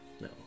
No